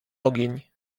ogień